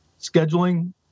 scheduling